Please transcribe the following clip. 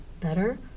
better